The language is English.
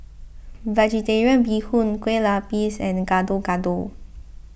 Vegetarian Bee Hoon Kueh Lapis and Gado Gado